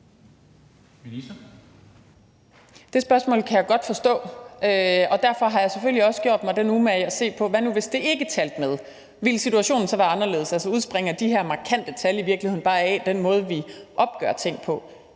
Det spørgsmål kan jeg godt forstå. Derfor har jeg selvfølgelig også gjort mig den umage at se på: Hvad nu hvis det ikke talte med? Ville situationen så være anderledes? Altså, udspringer de her markante tal i virkeligheden bare af den måde, som vi opgør tingene